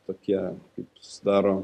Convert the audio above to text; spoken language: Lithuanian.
tokie kaip susidaro